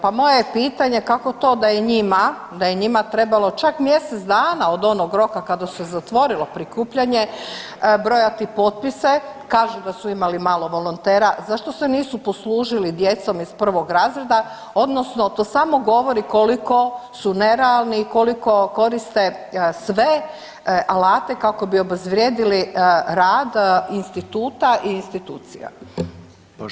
Pa moje je pitanje kako to da je njima, da je njima trebalo čak mjesec dana od onog roka kada se zatvorilo prikupljanje brojati potpise, kažu da su imali malo volontera, zašto se nisu poslužili djecom iz prvog razreda odnosno to samo govori koliko su nerealni i koliko koriste sve alate kako bi obezvrijedili rad instituta i institucija.